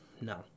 No